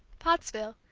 pottsville,